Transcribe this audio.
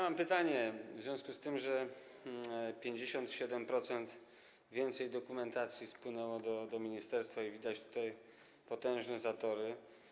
Mam pytanie w związku z tym, że o 57% więcej dokumentacji spłynęło do ministerstwa i widać tutaj potężne zatory.